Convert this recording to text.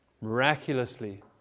miraculously